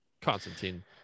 constantine